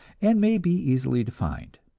and may be easily defined.